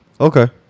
Okay